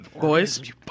Boys